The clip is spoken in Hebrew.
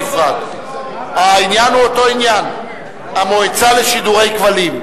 משרד התקשורת (המועצה לשידורי כבלים),